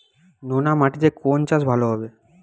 নোনা মাটিতে কোন চাষ ভালো হবে?